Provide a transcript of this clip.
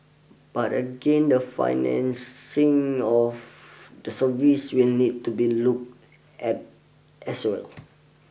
but again the financing of these services we needs to be looked at as well